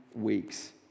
weeks